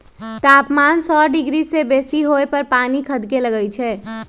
तापमान सौ डिग्री से बेशी होय पर पानी खदके लगइ छै